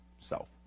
self